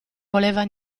voleva